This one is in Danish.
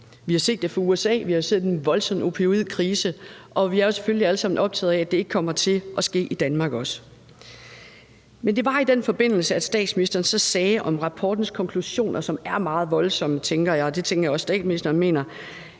Vi har set det i USA, hvor vi har set en voldsom opioidkrise, og vi er jo selvfølgelig også alle sammen optaget af, at det ikke kommer til at ske i Danmark også. Men det var i den forbindelse, at statsministeren så om rapportens konklusioner, som er meget voldsomme, tænker jeg – og det tænker jeg også at statsministeren mener